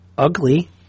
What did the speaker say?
ugly